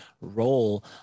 role